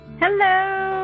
Hello